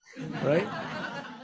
right